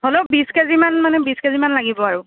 হ'লেও বিশ কেজিমান মানে বিশ কেজিমান লাগিব আৰু